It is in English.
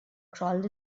crawled